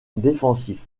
défensif